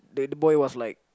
then the boy was like